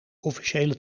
officiële